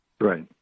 Right